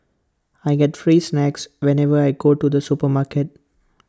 I get free snacks whenever I go to the supermarket